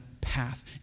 path